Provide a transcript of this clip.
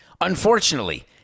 unfortunately